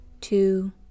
two